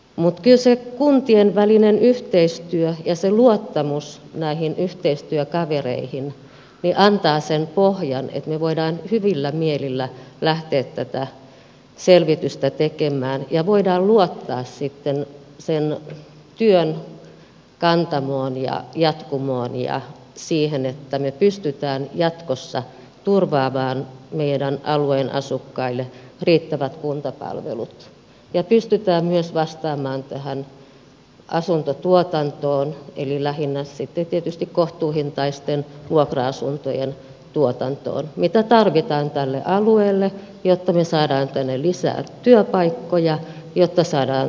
mutta kyllä se kuntien välinen yhteistyö ja se luottamus näihin yhteistyökavereihin antavat sen pohjan että me voimme hyvillä mielin lähteä tätä selvitystä tekemään ja voimme luottaa sitten sen työn kantamaan ja jatkumoon ja siihen että me pystymme jatkossa turvaamaan meidän aluemme asukkaille riittävät kuntapalvelut ja pystymme myös vastaamaan tähän asuntotuotantoon eli lähinnä tietysti kohtuuhintaisten vuokra asuntojen tuotantoon mitä tarvitaan tälle alueelle jotta me saamme tänne lisää työpaikkoja jotta saamme riittävästi työntekijöitä